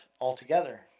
altogether